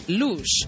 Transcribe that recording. luz